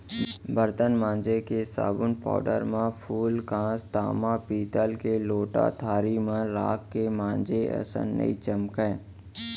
बरतन मांजे के साबुन पाउडर म फूलकांस, ताम पीतल के लोटा थारी मन राख के मांजे असन नइ चमकय